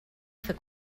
fer